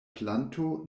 planto